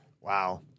Wow